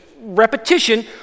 repetition